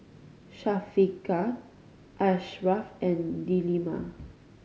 Syafiqah Ashraff and Delima